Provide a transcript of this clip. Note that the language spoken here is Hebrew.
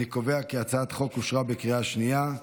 אני קובע כי הצעת החוק אושרה בקריאה שנייה.